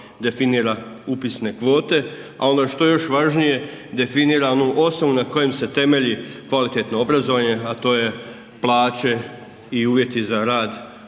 definira upisne kvote, a ono što je još važnije definira onu osnov na kojem se temelji kvalitetno obrazovanje, a to je plaće i uvjeti za rad naših